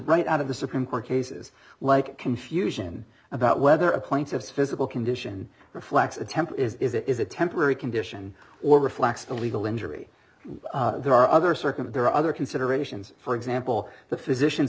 right out of the supreme court cases like confusion about whether a plaintiff's physical condition reflects a temper is it is a temporary condition or reflects the legal injury there are other circuit there are other considerations for example the physician